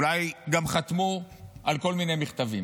אולי גם חתמו על כל מיני מכתבים,